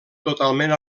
totalment